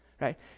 right